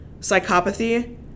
psychopathy